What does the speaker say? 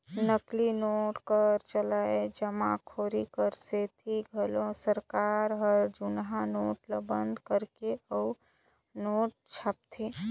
नकली नोट कर चलनए जमाखोरी कर सेती घलो सरकार हर जुनहा नोट ल बंद करथे अउ नावा नोट छापथे